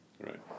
right